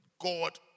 God